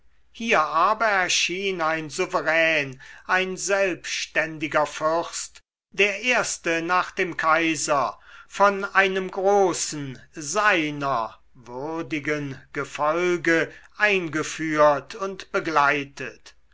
hier aber erschien ein souverän ein selbständiger fürst der erste nach dem kaiser von einem großen seiner würdigen gefolge eingeführt und begleitet